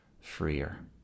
freer